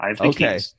Okay